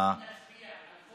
אם נצביע על חוק